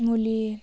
मुलि